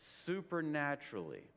supernaturally